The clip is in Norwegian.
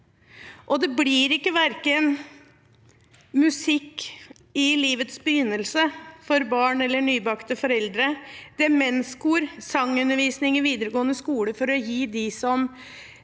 blir det verken musikk i livets begynnelse for barn eller nybakte foreldre, demenskor eller sangundervisning i videregående skole for dem som